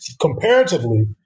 comparatively